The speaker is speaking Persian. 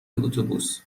اتوبوس